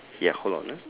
ya hold on ah